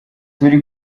turi